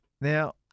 Now